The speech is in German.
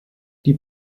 die